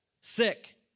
sick